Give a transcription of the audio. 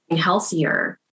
healthier